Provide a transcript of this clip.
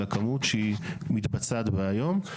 על הכמות שהיא מתבצעת בה כיום.